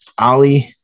Ali